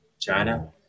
China